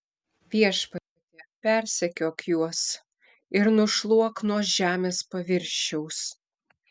viešpatie persekiok juos ir nušluok nuo žemės paviršiaus